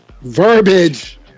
verbiage